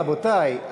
רבותי,